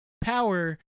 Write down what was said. power